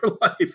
life